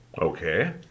okay